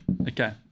Okay